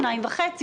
2.5%,